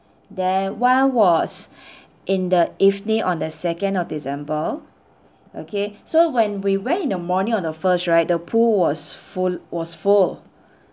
then one was in the evening on the second of december okay so when we went in the morning on the first right the pool was full was full